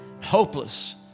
hopeless